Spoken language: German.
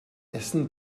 essen